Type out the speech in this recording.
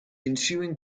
ensuing